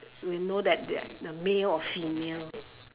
we know that they are the male or female